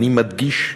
אני מדגיש: